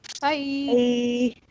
Bye